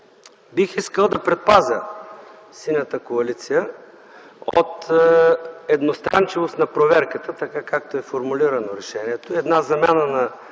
Бих искал да предпазя „Синята коалиция” от едностранчивост на проверката, така както е формулирано решението. Една замяна на